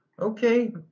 Okay